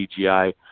CGI